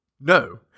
No